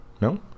No